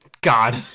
God